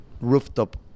rooftop